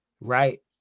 right